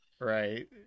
right